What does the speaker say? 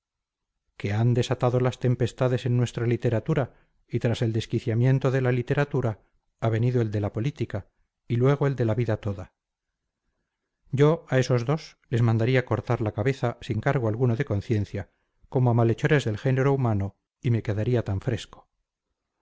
que han desatado las tempestades en nuestra literatura y tras el desquiciamiento de la literatura ha venido el de la política y luego el de la vida toda yo a esos dos les mandaría cortar la cabeza sin cargo alguno de conciencia como a malhechores del género humano y me quedaría tan fresco